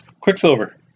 Quicksilver